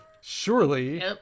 Surely